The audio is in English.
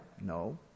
No